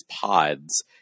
pods